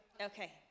Okay